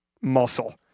muscle